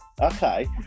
Okay